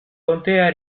contea